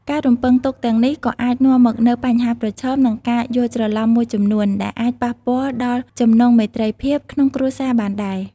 ការរំពឹងទុកទាំងនេះក៏អាចនាំមកនូវ បញ្ហាប្រឈម និង ការយល់ច្រឡំ មួយចំនួន ដែលអាចប៉ះពាល់ដល់ចំណងមេត្រីភាពក្នុងគ្រួសារបានដែរ។